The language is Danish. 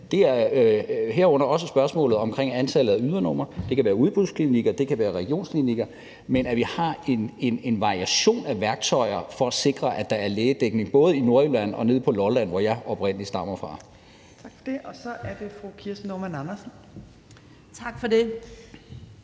– herunder også spørgsmålet omkring antallet af ydernumre, det kan være udbudsklinikker, det kan være regionsklinikker – og at vi har en variation af værktøjer for at sikre, at der er lægedækning både i Nordjylland og nede på Lolland, hvor jeg oprindelig stammer fra. Kl. 12:05 Fjerde næstformand (Trine Torp): Tak for det.